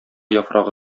яфрагы